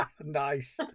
Nice